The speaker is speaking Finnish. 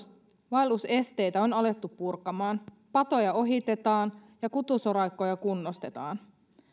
vaellusesteitä on alettu purkamaan patoja ohitetaan ja kutusoraikkoja kunnostetaan